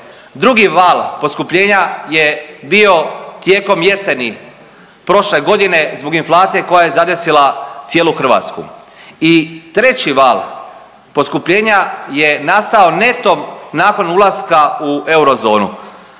Drugi val poskupljenja je bio tijekom jeseni prošle godine zbog inflacije koja je zadesila cijelu Hrvatsku i treći val poskupljenja je nastao netom nakon ulaska u eurozonu